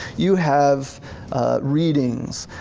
you have readings.